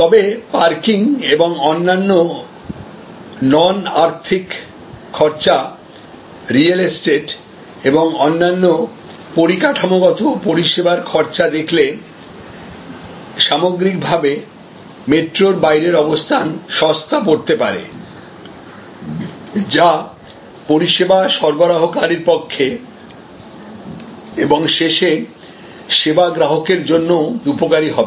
তবে পার্কিং এবং অন্যান্য নন আর্থিক খরচা রিয়েল এস্টেট এবং অন্যান্য পারিকাঠামোগত পরিষেবার খরচা দেখলেসামগ্রিক ভাবে মেট্রোর বাইরের অবস্থান সস্তা পড়তে পারে যা পরিষেবা সরবরাহকারীর পক্ষে এবং শেষে সেবা গ্রাহকের জন্যও ও উপকারী হবে